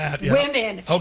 women